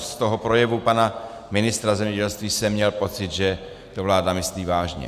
Z toho projevu pana ministra zemědělství jsem měl pocit, že to vláda myslí vážně.